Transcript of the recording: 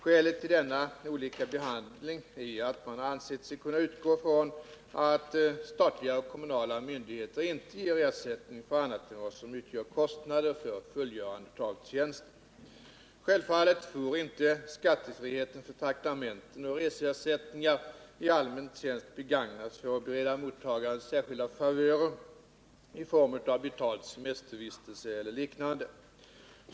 Skälet till denna olika behandling är att man ansett sig kunna utgå ifrån att statliga och kommunala myndigheter inte ger ersättning för annat än vad som utgör kostnader för fullgörande av tjänsten. Självfallet får inte skattefriheten för traktamenten och reseersättningar i allmän tjänst begagnas för att bereda mottagaren särskilda favörer i form av betald semestervistelse eller liknande.